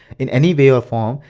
in any way or form,